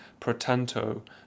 protanto